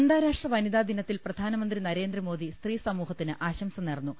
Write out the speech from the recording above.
അന്താരാഷ്ട്ര വനിതാ ദിനത്തിൽ പ്രധാനമന്ത്രി നരേന്ദ്രമോദി സ്ത്രീ സമൂഹത്തിന് ആശംസ നേർന്നു